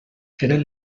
eren